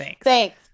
Thanks